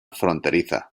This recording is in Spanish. fronteriza